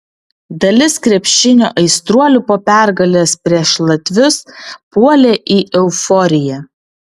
dalis krepšinio aistruolių po pergalės prieš latvius puolė į euforiją